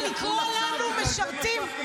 ולבוא ולקרוא לנו משרתים?